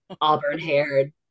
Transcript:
auburn-haired